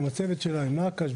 עם הצוות שלה; נקש,